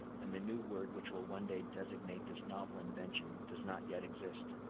and the new word which will one day designate this novel invention does not yet exist.